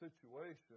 situation